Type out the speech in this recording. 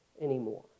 anymore